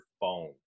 phone